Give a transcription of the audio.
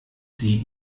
sie